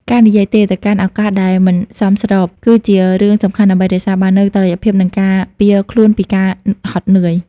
ការនិយាយ "ទេ" ទៅកាន់ឱកាសដែលមិនសមស្រប គឺជារឿងសំខាន់ដើម្បីរក្សាបាននូវតុល្យភាព និងការពារខ្លួនពីការហត់នឿយ។